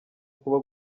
kuba